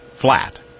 flat